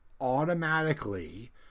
automatically